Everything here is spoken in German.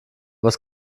was